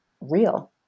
real